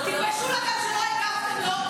תתביישו לכם שלא הגבתם לו,